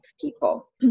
people